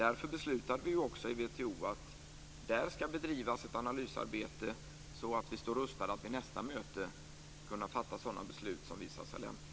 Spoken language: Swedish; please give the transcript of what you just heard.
Därför beslutade vi också i WTO att där skall bedrivas ett analysarbete, så att vi står rustade att vid nästa möte kunna fatta sådana beslut som visar sig lämpliga.